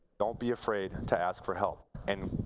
don't be afraid and to ask for help. and,